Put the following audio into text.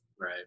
right